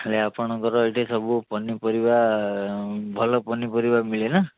ହେଲେ ଆପଣଙ୍କର ଏଇଟି ସବୁ ପନିପରିବା ଭଲ ପନିପରିବା ମିଳେ ନା